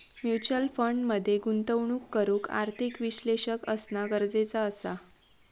mutual fund मध्ये गुंतवणूक करूक आर्थिक विश्लेषक असना गरजेचा असा